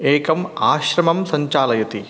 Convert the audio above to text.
एकम् आश्रमं सञ्चालयति